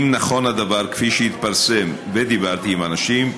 1. האם נכון הדבר, כפי שהתפרסם ודיברתי עם אנשים?